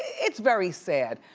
it's very sad.